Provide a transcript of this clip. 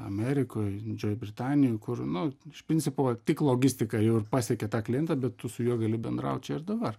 amerikoj didžiojoj britanijoj kur nu iš principo tik logistika jau ir pasiekia tą klientą bet tu su juo gali bendraut čia ir dabar